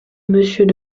mmonsieur